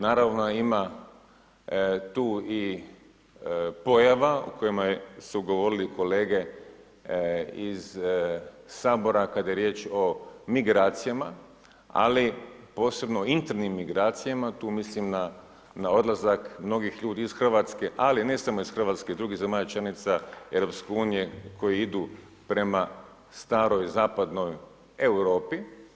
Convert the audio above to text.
Naravno, ima tu i pojava o kojima su govorili kolege iz Sabora kada je riječ o migracijama, ali posebno internim migracijama, tu mislim na odlazak mnogih ljudi iz RH, ali ne samo iz RH i drugih zemalja članica EU koji idu prema staroj zapadnoj Europi.